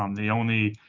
um the only